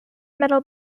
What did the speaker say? metal